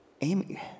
Amy